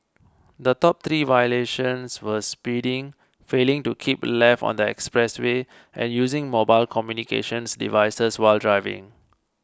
the top three violations were speeding failing to keep left on the express way and using mobile communications devices while driving